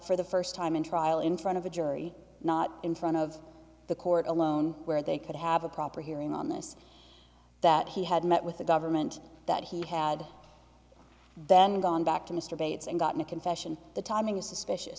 for the first time in trial in front of a jury not in front of the court alone where they could have a proper hearing on this that he had met with the government that he had then gone back to mr bates and gotten a confession the timing is suspicious